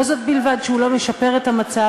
לא זו בלבד שהוא לא משפר את המצב,